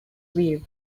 view